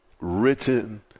written